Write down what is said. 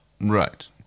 Right